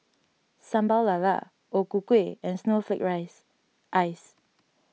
Sambal Lala O Ku Kueh and Snowflake Rice Ice